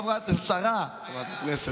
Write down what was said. השרה מאי גולן,